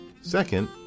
Second